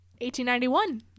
1891